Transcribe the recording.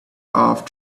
off